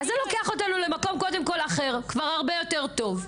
זה לוקח אותנו למקום אחר, הרבה יותר טוב,